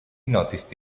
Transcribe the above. noticed